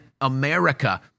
America